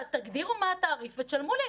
תגדירו מה התעריף ותשלמו לי,